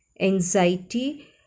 anxiety